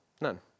none